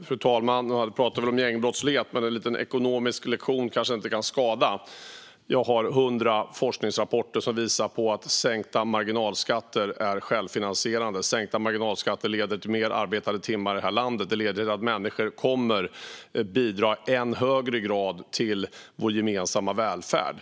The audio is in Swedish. Fru talman! Nu pratar vi om gängbrottslighet. Men en liten ekonomisk lektion kanske inte skadar. Jag har 100 forskningsrapporter som visar på att sänkta marginalskatter är självfinansierande. Sänkta marginalskatter leder till fler arbetade timmar i det här landet. Det leder till att människor kommer att bidra i än högre grad till vår gemensamma välfärd.